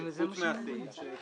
זה מה שהם אומרים.